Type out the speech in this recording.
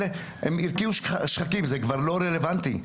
הרקיעו שחקים, זה כבר לא רלוונטי.